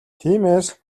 тиймээс